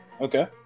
Okay